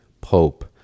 pope